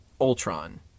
Ultron